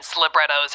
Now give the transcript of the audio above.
librettos